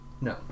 No